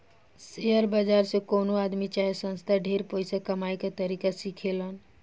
share बाजार से कवनो आदमी चाहे संस्था ढेर पइसा कमाए के तरीका सिखेलन